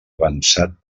avançat